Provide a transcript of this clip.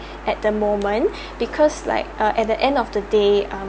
at the moment because like uh at the end of the day um